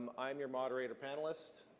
i'm your moderator panelist,